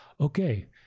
okay—